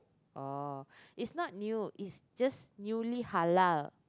oh it's not new it's just newly halal